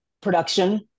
production